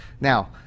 Now